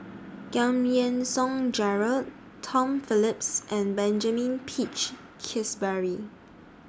Giam Yean Song Gerald Tom Phillips and Benjamin Peach Keasberry